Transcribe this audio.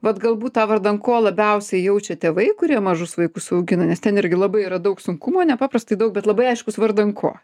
vat galbūt tą vardan ko labiausiai jaučia tėvai kurie mažus vaikus augina nes ten irgi labai yra daug sunkumo nepaprastai daug bet labai aiškus vardan ko